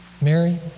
Mary